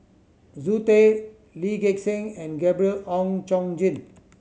Zoe Tay Lee Gek Seng and Gabriel Oon Chong Jin